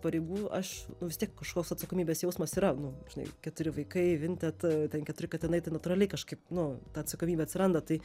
pareigų aš nu vis tiek kažkoks atsakomybės jausmas yra nu žinai keturi vaikai vinted ten keturi katinai tai natūraliai kažkaip nu ta atsakomybė atsiranda tai